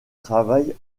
travaille